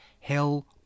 hell